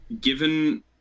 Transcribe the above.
given